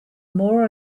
more